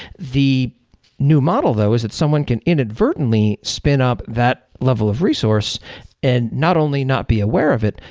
the new model though is that someone can inadvertently spin up that level of resource and not only not be aware of it,